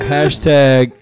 Hashtag